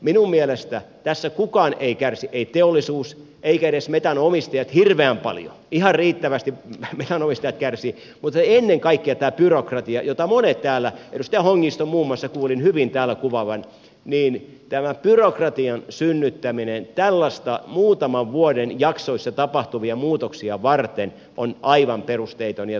minun mielestäni tässä kukaan ei kärsi ei teollisuus eivätkä edes metsänomistajat hirveän paljon ihan riittävästi metsänomistajat kärsivät mutta ennen kaikkea tämän byrokratian jota monien täällä edustaja hongiston muun muassa kuulin hyvin täällä kuvaavan synnyttäminen tällaisia muutaman vuoden jaksoissa tapahtuvia muutoksia varten on aivan perusteetonta ja tarpeetonta